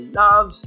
love